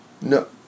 No